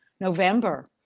november